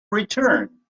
return